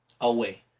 away